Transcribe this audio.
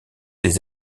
des